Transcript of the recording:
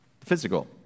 physical